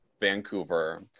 vancouver